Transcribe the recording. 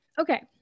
okay